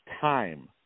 time